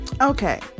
Okay